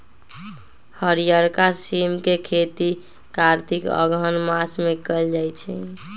हरियरका सिम के खेती कार्तिक अगहन मास में कएल जाइ छइ